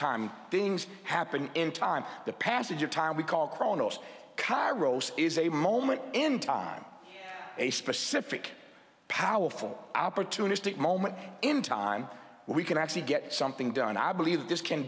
time things happen in time the passage of time we call kronos kairos is a moment in time a specific powerful opportunistic moment in time we can actually get something done i believe that this can